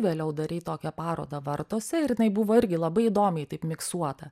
vėliau darei tokią parodą vartuose ir jinai buvo irgi labai įdomiai taip miksuota